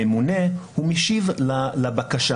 הממונה הוא משיב לבקשה.